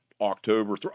October –